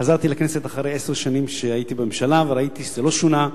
חזרתי לכנסת אחרי עשר שנים שהייתי בממשלה וראיתי שזה לא שונה.